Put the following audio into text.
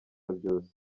byose